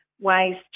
ways